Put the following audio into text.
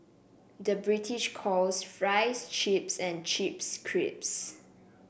the British calls fries chips and chips crisps